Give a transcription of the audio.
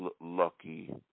Lucky